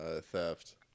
theft